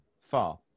far